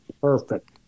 perfect